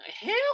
Hell